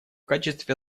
качестве